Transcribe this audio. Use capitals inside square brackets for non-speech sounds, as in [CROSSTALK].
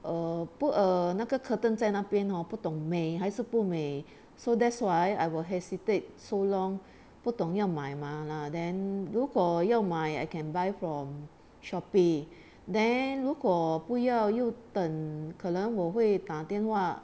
err 不 err 那个 curtain 在那边 hor 不懂美还是不美 [BREATH] so that's why I were hesitate so long 不懂要买吗啦 then 如果要买 I can buy from Shopee [BREATH] then 如果不要又要等可能我会打电话